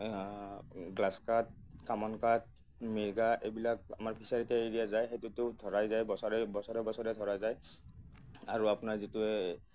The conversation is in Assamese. গ্ৰাছকাপ কমন কাপ মিৰিকা এইবিলাক আমাৰ ফিছাৰিতেই এৰি দিয়া যায় সেইটোতো ধৰাই যায় বছৰে বছৰে ধৰা যায় আৰু আপোনাৰ যিটো